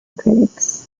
critics